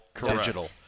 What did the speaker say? digital